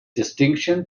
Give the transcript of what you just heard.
distinction